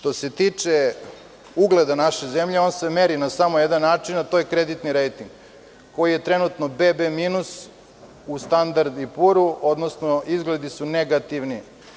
Što se tiče ugleda naše zemlje, on se meri na samo jedan način, a to je kreditni rejting, koji je trenutno BB minus u „standard i puru“, odnosno izgledi su negativni.